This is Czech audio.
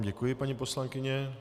Děkuji, paní poslankyně.